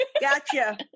Gotcha